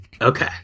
Okay